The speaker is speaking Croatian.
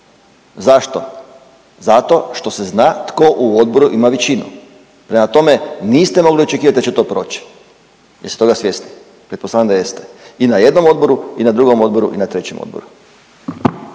Zašto? Zato što se zna tko u odboru ima većinu, prema tome niste mogli očekivati da će to proći. Jeste toga svjesni? Pretpostavljam da jeste. I na jednom odboru i na drugom odboru i na trećem odboru.